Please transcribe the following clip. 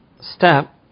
step